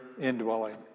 indwelling